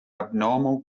abnormal